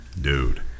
Dude